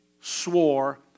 swore